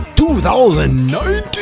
2019